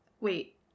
Wait